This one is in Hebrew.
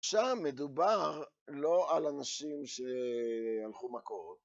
שם מדובר לא על אנשים שהלכו מכות.